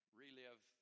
relive